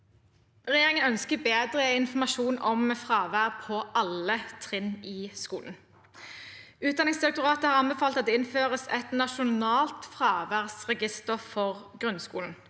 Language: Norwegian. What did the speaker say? Regjerin- gen ønsker bedre informasjon om fravær på alle trinn i skolen. Utdanningsdirektoratet har anbefalt at det innføres et nasjonalt fraværsregister for grunnskolen.